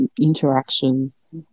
interactions